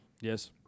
Yes